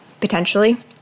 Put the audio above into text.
potentially